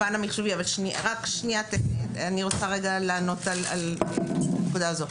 אני מתייחסת רק לפן המחשובי ואני רוצה לענות על הנקודה הזאת.